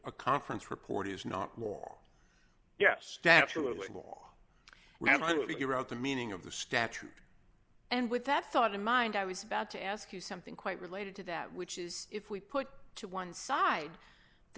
a conference report is not more yes absolutely will absolutely zero the meaning of the statue and with that thought in mind i was about to ask you something quite related to that which is if we put to one side the